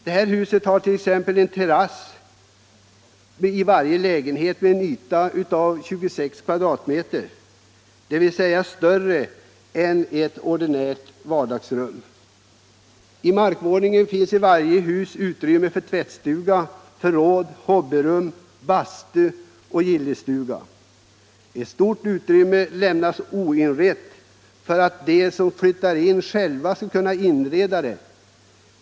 Det här huset har t.ex. en terrass för varje lägenhet med en yta av 26 m', dvs. större än ett ordinärt vardagsrum. I markvåningen finns i varje hus utrymmen för tvättstuga, förråd, hobbyrum, bastu och gillestuga. Ett stort utrymme lämnas oinrett för att de som flyttar in själva skall kunna inreda det.